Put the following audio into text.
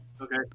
Okay